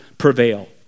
prevail